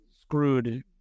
screwed